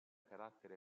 carattere